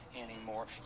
anymore